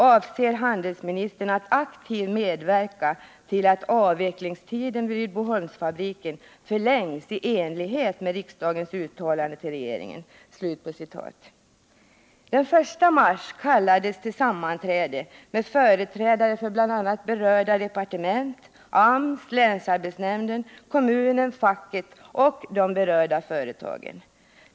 Avser handelsministern att aktivt medverka till att avvecklingstiden vid Rydboholmsfabriken förlängs i enlighet med riksdagens uttalande till regeringen?” Den 1 mars kallades till sammanträde med företrädare för bl.a. berörda departement, AMS, länsarbetsnämnden, kommunen, facket och de berörda företagen.